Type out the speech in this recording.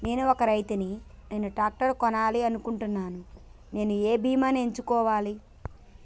నేను ఒక రైతు ని నేను ట్రాక్టర్ కొనాలి అనుకుంటున్నాను నేను ఏ బీమా ఎంచుకోవాలి?